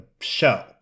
show